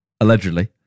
allegedly